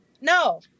No